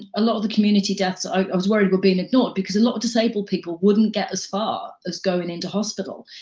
a lot of the community deaths ah i was worried were being ignored because a lot of disabled people wouldn't get as far as going into hospital.